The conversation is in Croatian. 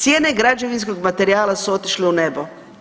Cijene građevinskog materijala su otišle u nebo.